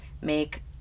make